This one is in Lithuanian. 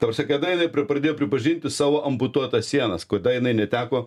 ta prasme kada jinai pradėjo pripažinti savo amputuotas sienas kada jinai neteko